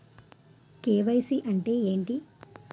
KYC అంటే ఏంటి?